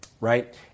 right